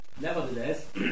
nevertheless